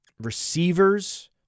Receivers